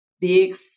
big